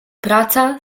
praca